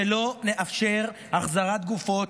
שלא נאפשר החזרת גופות,